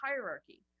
hierarchy